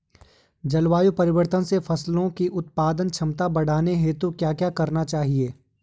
जलवायु परिवर्तन से फसलों की उत्पादन क्षमता बढ़ाने हेतु क्या क्या करना चाहिए?